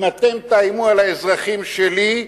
אם אתם תאיימו על האזרחים שלי,